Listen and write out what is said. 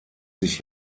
sich